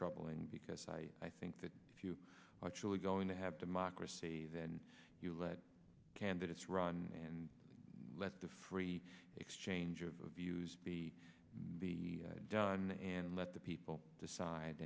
troubling because i think that if you are actually going to have democracy then you let candidates run and let the free exchange of views be be done and let the people decide